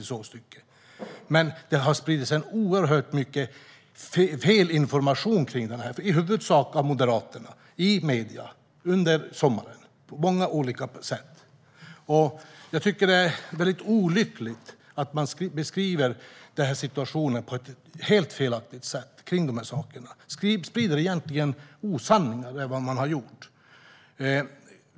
Men det har på många olika sätt spridits oerhört mycket felaktig information i huvudsak av Moderaterna i medierna under sommaren. Det är olyckligt att man beskriver situationen på ett helt felaktigt sätt. Man har spridit osanningar.